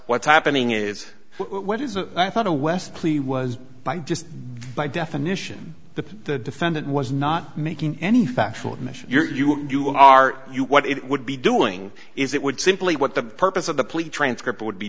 what's happening is what is a i thought a west plea was by just by definition the defendant was not making any factual admission you are you are you what it would be doing is it would simply what the purpose of the police transcript would be